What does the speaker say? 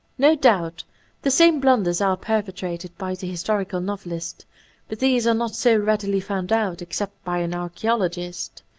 no doubt the same blunders are perpetrated by the historical novelist but these are not so readily found out except by an archaeologist.